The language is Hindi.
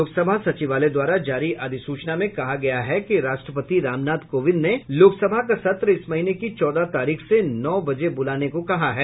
लोकसभा सचिवालय द्वारा जारी एक अधिसूचना में कहा गया है कि राष्ट्रपति रामनाथ कोविन्द ने लोकसभा का सत्र इस महीने की चौदह तारीख से नौ बजे ब्रलाने को कहा है